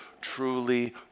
truly